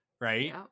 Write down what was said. right